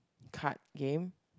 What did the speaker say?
card game